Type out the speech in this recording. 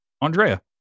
andrea